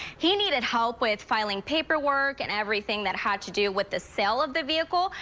he needed help with filing paperwork and everything that had to do with the sale of the vehicle,